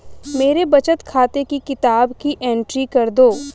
मेरे बचत खाते की किताब की एंट्री कर दो?